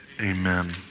Amen